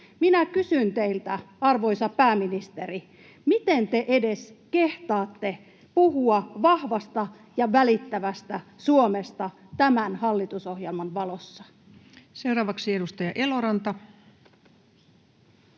Minä kysyn teiltä, arvoisa pääministeri: miten te edes kehtaatte puhua vahvasta ja välittävästä Suomesta tämän hallitusohjelman valossa? [Speech 76] Speaker: